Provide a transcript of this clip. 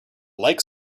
like